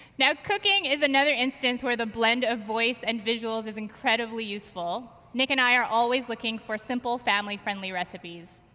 now, cooking is another instance where the blend of voice and visuals is incredibly useful. nick and i are always looking for simple family-friendly recipes.